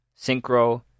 Synchro